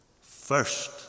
First